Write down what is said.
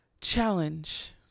challenge